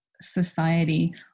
society